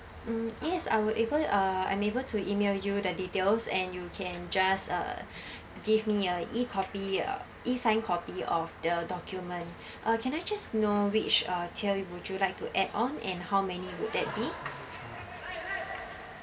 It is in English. mm yes I will able you uh I'm able to email you the details and you can just uh give me a e copy uh e signed copy of the document uh can I just know which uh tier would you like to add on and how many would that be